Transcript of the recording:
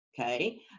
okay